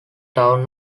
town